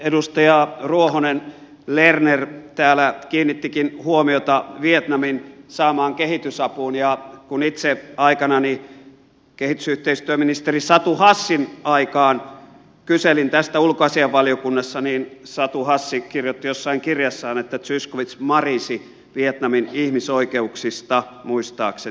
edustaja ruohonen lerner täällä kiinnittikin huomiota vietnamin saamaan kehitysapuun ja kun itse aikanani kehitysyhteistyöministeri satu hassin aikaan kyselin tästä ulkoasiainvaliokunnassa niin satu hassi kirjoitti jossain kirjassaan että zyskowicz marisi vietnamin ihmisoikeuksista muistaakseni